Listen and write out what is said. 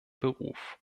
beruf